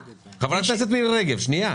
חברת הכנסת מירי רגב, שנייה.